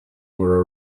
were